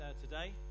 today